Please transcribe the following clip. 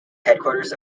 headquarters